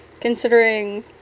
considering